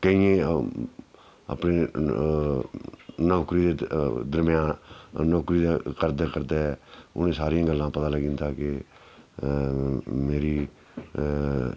केइयें अपनी नौकरी दरम्यान नौकरी दे करदे करदे उ'नें सारियां गल्लां पता लग्गी जंदा कि मेरी